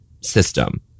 system